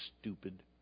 stupid